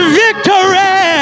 victory